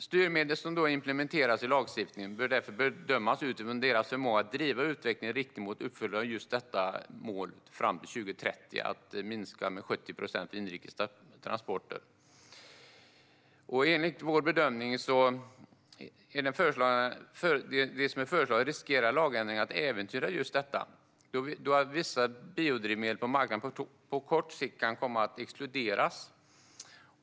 Styrmedel som implementeras i lagstiftningen bör därför bedömas utifrån sin förmåga att driva utvecklingen i riktning mot uppfyllande av just detta mål fram till 2030 - att minska utsläppen från inrikes transporter med 70 procent. Enligt vår bedömning riskerar den föreslagna lagändringen att äventyra just detta mål då vissa biodrivmedel på marknaden på kort sikt kan komma att exkluderas.